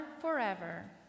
Forever